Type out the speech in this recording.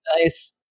nice